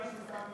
תתאמי אתם.